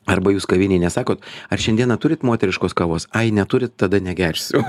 arba jūs kavinėj nesakot ar šiandieną turit moteriškos kavos ar neturit tada negersiu